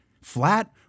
flat